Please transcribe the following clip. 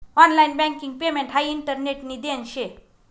online banking payment हाई इंटरनेटनी देन शे